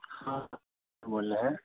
हाँ बोल रहे हैं